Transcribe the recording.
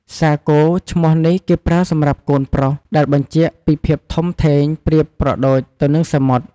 សាគរ ឈ្មោះនេះគេប្រើសម្រាប់កូនប្រុស ដែលបញ្ជាក់ពីភាពធំធេងប្រៀបប្រដូចទៅនឹងសមុទ្រ។